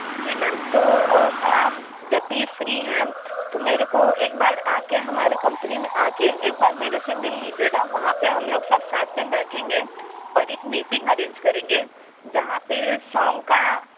जी ma'am तो आप जब भी फ़्री हैं तो मेरे को एक बार आ कर हमारी कंपनी में आ कर एक बार मेरे से मिल लीजिएगा वहाँ पर हम लोग सब साथ में बैठेंगे और एक मीटिंग अरएन्ज करेंगे जहाँ पर सॉन्ग का